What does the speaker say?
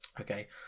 Okay